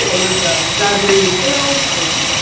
ah with ah exaggerated tale.